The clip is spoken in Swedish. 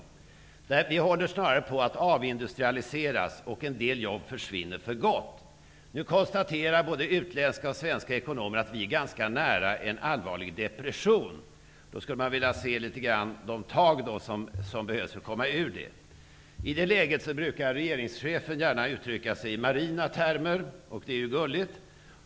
Sverige håller snarare på att avindustrialiseras, och en del jobb försvinner för gott. Nu konstaterar både utländska och svenska ekonomer att Sverige är ganska nära en allvarlig depression. Jag skulle då vilja se att man tar de tag som behövs för att Sverige skall komma ur detta. I det här läget brukar regeringschefen gärna uttrycka sig i marina termer. Det är ju gulligt.